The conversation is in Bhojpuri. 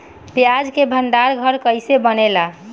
प्याज के भंडार घर कईसे बनेला?